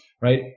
right